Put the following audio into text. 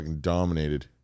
dominated